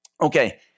Okay